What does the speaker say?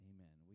Amen